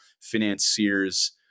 financiers